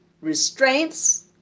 restraints